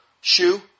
shoe